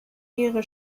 ihre